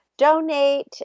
donate